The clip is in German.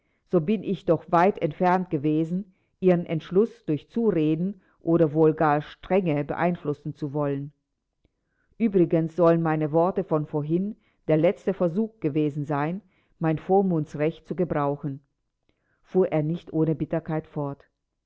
so bin ich doch weit entfernt gewesen ihren entschluß durch zureden oder wohl gar strenge beeinflussen zu wollen uebrigens sollen meine worte von vorhin der letzte versuch gewesen sein mein vormundsrecht zu gebrauchen fuhr er nicht ohne bitterkeit fort